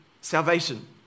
salvation